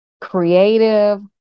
creative